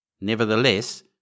Nevertheless